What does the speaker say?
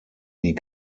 die